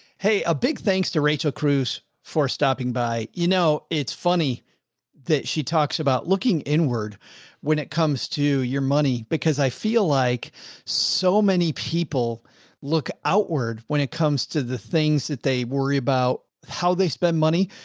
hey, a big, thanks to rachel cruze for stopping by. you know, it's funny that she talks about looking inward when it comes to your money. because i feel like so many people look outward when it comes to the things that they worry about how they spend money.